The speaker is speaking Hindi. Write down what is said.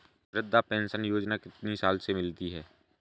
वृद्धा पेंशन योजना कितनी साल से मिलती है?